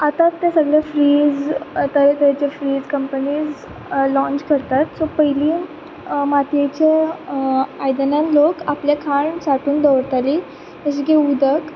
आतांत तें सगलें फ्रीज आतां तो खंयचो फ्रीज कंपनीज लाँच करता सो पयलीं मातयेचे आयदनां लोक आपलें खाण सांटोवन दवरतालीं जशें की उदक